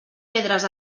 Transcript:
pedres